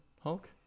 Hulk